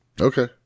Okay